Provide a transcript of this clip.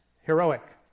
heroic